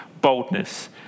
boldness